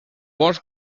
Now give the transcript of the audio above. bons